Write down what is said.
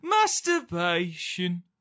masturbation